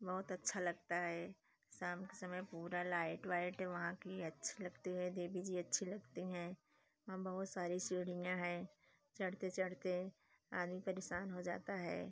बहुत अच्छा लगता है शाम के समय पूरा लाइट वगैरह वहाँ की अच्छी लगती है देवी जी अच्छी लगती हैं वहाँ बहुत सारी सीढ़ियाँ हैं चढ़ते चढ़ते आदमी परेशान हो जाता है